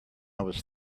was